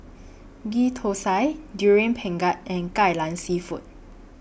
Ghee Thosai Durian Pengat and Kai Lan Seafood